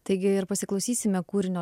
taigi ir pasiklausysime kūrinio